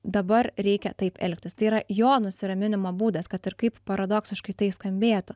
dabar reikia taip elgtis tai yra jo nusiraminimo būdas kad ir kaip paradoksiškai tai skambėtų